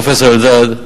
פרופסור אלדד,